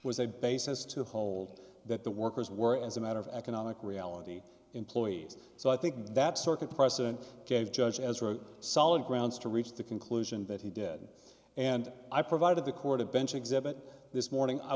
was a basis to hold that the workers were as a matter of economic reality employees so i think that circuit precedent gave judge ezra solid grounds to reach the conclusion that he did and i provided the court of bench exhibit this morning i